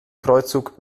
kreuzzug